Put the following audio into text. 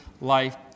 life